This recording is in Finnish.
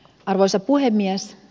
arvoisa puhemies